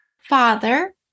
Father